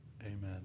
Amen